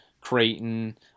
Creighton